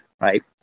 Right